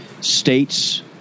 states